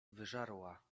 wyżarła